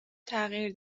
تغییر